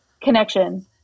Connection